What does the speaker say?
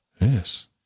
Yes